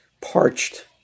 parched